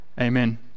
Amen